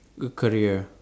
good career